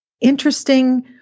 interesting